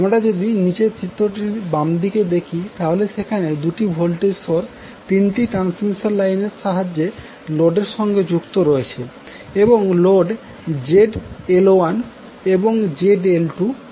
আমরা যদি নিচের চিত্রটির বামদিকে দেখি তাহলে সেখানে দুটি ভোল্টেজ সোর্স তিনটি ট্রান্সমিশন লাইন এর সাহায্যে লোডের সঙ্গে যুক্ত রয়েছে এবং লোড ZL1এবং ZL2যুক্ত রয়েছে